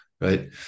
right